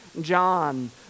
John